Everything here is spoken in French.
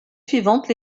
suivantes